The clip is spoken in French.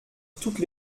toutes